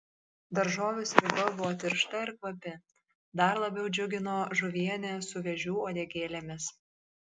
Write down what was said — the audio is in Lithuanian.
daržovių sriuba buvo tiršta ir kvapi dar labiau džiugino žuvienė su vėžių uodegėlėmis